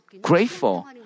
grateful